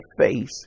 face